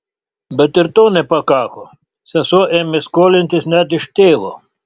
bet ir to nepakako sesuo ėmė skolintis net iš tėvo